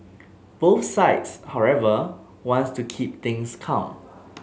both sides however want to keep things calm